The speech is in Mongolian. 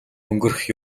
өнгөрөх